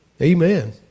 Amen